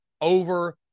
over